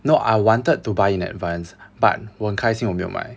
no I wanted to buy in advance but 我很开心我没有买